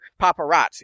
paparazzi